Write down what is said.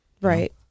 right